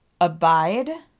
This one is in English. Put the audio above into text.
abide